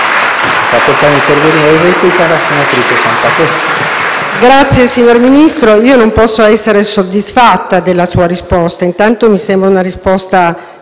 Signor Ministro, non posso essere soddisfatta della sua risposta. Intanto mi sembra una risposta